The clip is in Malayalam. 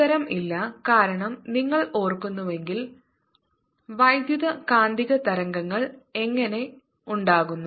ഉത്തരം ഇല്ല കാരണം നിങ്ങൾ ഓർക്കുന്നുവെങ്കിൽ വൈദ്യുതകാന്തിക തരംഗങ്ങൾ എങ്ങനെ ഉണ്ടാകുന്നു